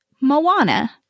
Moana